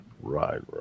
Right